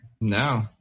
No